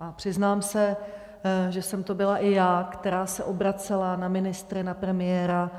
A přiznám se, že jsem to byla i já, která se obracela na ministry, na premiéra,